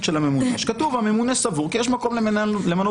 של הממונה בה כתוב שהממונה סבור שיש מקום למנות מנהל הסדר.